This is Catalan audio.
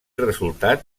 resultat